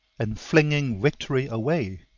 and flinging victory away.